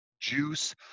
juice